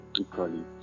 equally